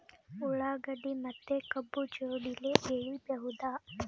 ಉಳ್ಳಾಗಡ್ಡಿ ಮತ್ತೆ ಕಬ್ಬು ಜೋಡಿಲೆ ಬೆಳಿ ಬಹುದಾ?